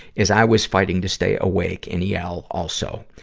as i was fighting to stay awake and yell also.